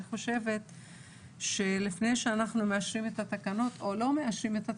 אני חושבת שלפני שאנחנו מאשרים את התקנות או לא מאשרים אותן,